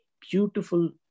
beautiful